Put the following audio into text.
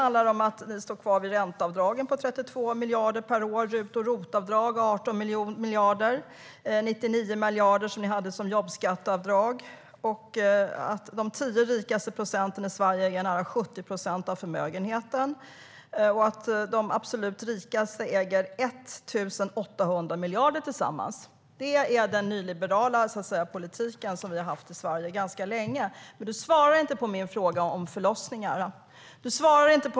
Ni står kvar vid ränteavdragen på 32 miljarder per år, RUT och ROT-avdrag på 18 miljarder och 99 miljarder som ni hade som jobbskatteavdrag. De 10 procent som är rikast i Sverige äger nära 70 procent av förmögenheterna, och de absolut rikaste äger 1 800 miljarder tillsammans. Det är den nyliberala politiken som vi har haft i Sverige ganska länge. Du svarade inte på min fråga om förlossningarna.